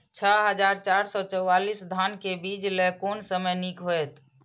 छः हजार चार सौ चव्वालीस धान के बीज लय कोन समय निक हायत?